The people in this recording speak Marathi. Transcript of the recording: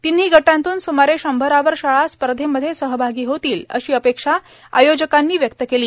तिव्ही गटातून सुमारे शंभरावर शाळा स्पर्धेमध्ये सहभागी होतील अशी अपेक्षा आयोजकांनी व्यक्त केली